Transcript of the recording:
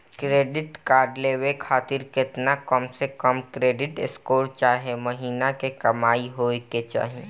Credit card लेवे खातिर केतना कम से कम क्रेडिट स्कोर चाहे महीना के कमाई होए के चाही?